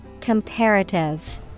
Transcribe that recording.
comparative